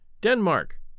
Denmark